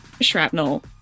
shrapnel